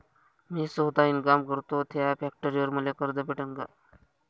मी सौता इनकाम करतो थ्या फॅक्टरीवर मले कर्ज भेटन का?